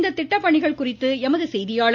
இத்திட்ட பணிகள் குறித்து எமது செய்தியாளர்